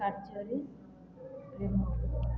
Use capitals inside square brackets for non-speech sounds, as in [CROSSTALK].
କାର୍ଯ୍ୟରେ [UNINTELLIGIBLE]